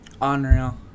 Unreal